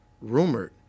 rumored